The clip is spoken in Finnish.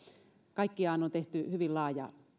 kaikkiaan on tehty tällainen hyvin laaja